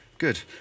Good